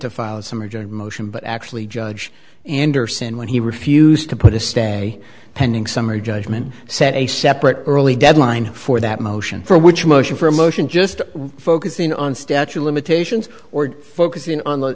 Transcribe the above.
to file some rigid motion but actually judge anderson when he refused to put a stay pending summary judgment set a separate early deadline for that motion for which motion for a motion just focusing on statue limitations or focusing on